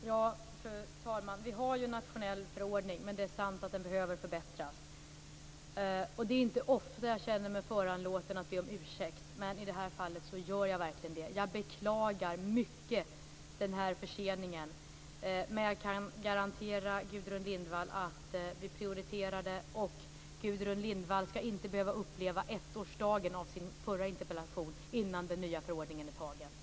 Fru talman! Vi har en nationell förordning, men det är sant att den behöver förbättras. Det är inte ofta jag känner mig föranlåten att be om ursäkt, men i det här fallet gör jag verkligen det. Jag beklagar mycket den här förseningen. Men jag kan garantera Gudrun Lindvall att vi prioriterar förordningen, och Gudrun Lindvall skall inte behöva uppleva ettårsdagen av sin förra interpellation innan den nya förordningen är antagen.